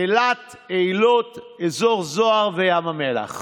אילת, אילות ואזור חמי זוהר וים המלח.